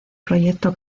proyecto